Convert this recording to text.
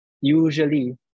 usually